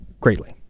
greatly